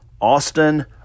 Austin